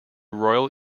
royal